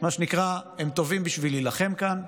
מה שנקרא, הם טובים בשביל להילחם כאן,